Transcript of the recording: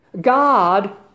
God